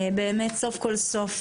סוף כל סוף,